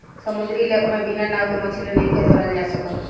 समुंद्री इलाका में बिना नाव के मछली नइखे धरल जा सकत